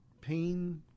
pain